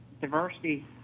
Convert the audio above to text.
diversity